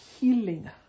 healing